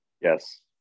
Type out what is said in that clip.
Yes